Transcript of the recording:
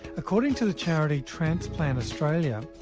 according to the charity transplant australia,